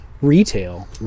Retail